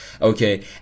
okay